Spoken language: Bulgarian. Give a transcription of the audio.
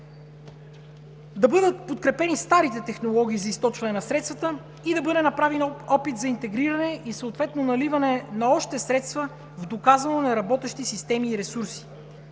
да бъдат подкрепени старите технологии за източване на средствата и да бъде направен опит за интегриране и съответно наливане на още средства в доказано неработещи системи и ресурси.